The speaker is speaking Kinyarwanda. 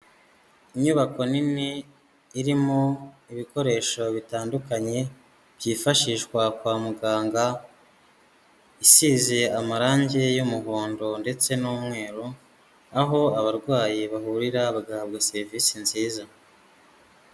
Inyubako nini irimo ibikoresho bitandukanye byifashishwa kwa muganga, isize amarange y'umuhondo ndetse n'umweru, aho abarwayi bahurira bagahabwa serivisi nziza.